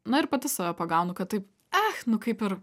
na ir pati save pagaunu kad taip ach kaip ir